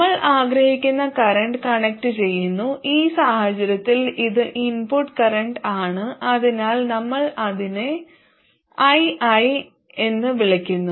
നമ്മൾ ആഗ്രഹിക്കുന്ന കറന്റ് കണക്റ്റുചെയ്യുന്നു ഈ സാഹചര്യത്തിൽ ഇത് ഇൻപുട്ട് കറന്റാണ് അതിനാൽ നമ്മൾ അതിനെ ii എന്ന് വിളിക്കുന്നു